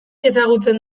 ezagutzen